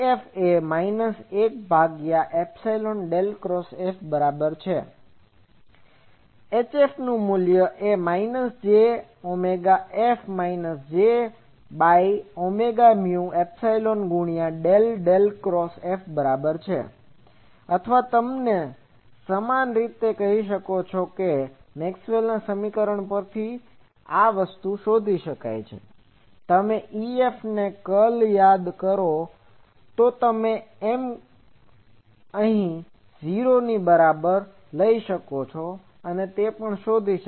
તેથી EF 1FEF એ minus 1 ભાગ્યા એપ્સીલોન ડેલ ક્રોસ F બરાબર છે અને HF jωF jωμϵHF એ minus J omega F minus J by omega mu epsilon ગુણ્યા ડેલ ડેલ ક્રોસ F બરાબર છે અથવા તમે સમાન રીતે કહી શકો છો તમે મેક્સવેલના સમીકરણ પરથી શોધી શકો છો તમે EF ના કર્લને યાદ કરો તો એમ અહીં 0 ની બરાબર છે અને તમે શોધી શકો છો